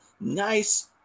nice